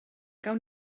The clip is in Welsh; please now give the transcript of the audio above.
gawn